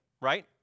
right